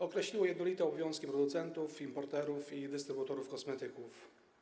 Określiło jednolite obowiązki producentów, importerów i dystrybutorów kosmetyków.